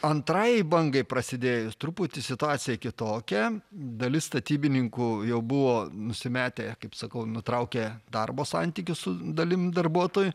antrajai bangai prasidėjus truputį situacija kitokia dalis statybininkų jau buvo nusimetę kaip sakau nutraukę darbo santykius su dalim darbuotojų